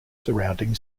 surrounding